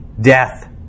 death